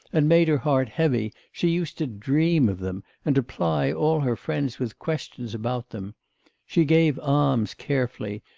and made her heart heavy she used to dream of them, and to ply all her friends with questions about them she gave alms carefully,